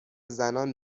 زنان